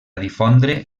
difondre